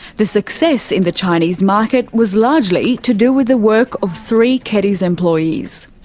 the success in the chinese market was largely to do with the work of three keddies employees.